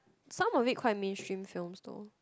some of it quite mainstream films though